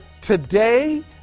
today